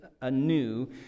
anew